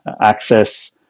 access